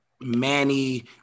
Manny